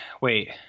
Wait